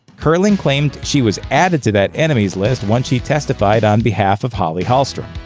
curling claimed she was added to that enemies list once she testified on behalf of holly hallstrom.